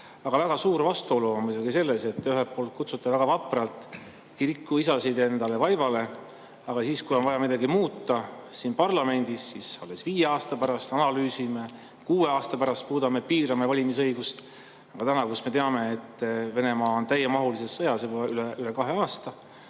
Aga väga suur vastuolu on muidugi selles, et ühelt poolt te kutsute väga vapralt kirikuisasid enda juurde vaibale, aga kui on vaja midagi muuta siin parlamendis, siis alles viie aasta pärast analüüsime ja kuue aasta pärast [ehk] piirame valimisõigust. Aga täna, kui me teame, et Venemaa on täiemahulises sõjas olnud juba üle kahe aasta,